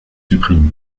supprimé